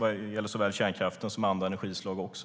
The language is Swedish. Det gäller såväl kärnkraften som andra energislag.